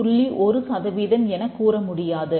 1 சதவீதம் எனக் கூறமுடியாது